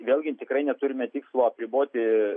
vėlgi tikrai neturime tikslo apriboti